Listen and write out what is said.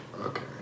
Okay